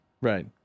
Right